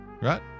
right